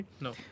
No